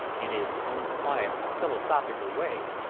in his own quiet, philosophical way,